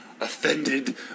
offended